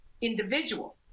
individual